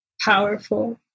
powerful